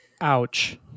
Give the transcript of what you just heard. ouch